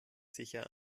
sicher